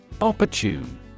Opportune